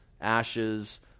ashes